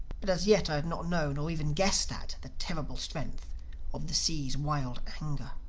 but as yet i had not known, or even guessed at, the terrible strength of the sea's wild anger.